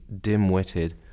dim-witted